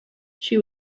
she